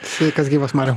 sveikas gyvas mariau